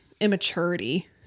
immaturity